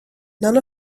none